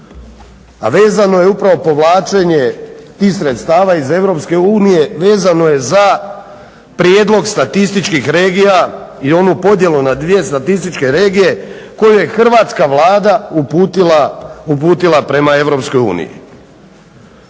a vezano je upravo povlačenje tih sredstava iz Europske unije, vezano je za prijedlog statističkih regija i onu podjelu na dvije statističke regije koju je hrvatska Vlada uputila prema